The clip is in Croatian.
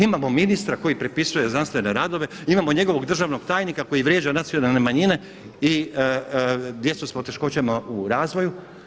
Imamo ministra koji prepisuje znanstvene radove, imamo njegovog državnog tajnika koji vrijeđa nacionalne manjine i djecu s poteškoćama u razvoju.